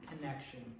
connection